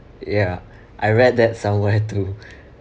ya I read that somewhere too